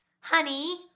Honey